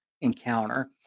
encounter